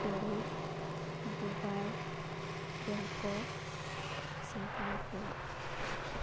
Paris Dubai Bangkok Singapore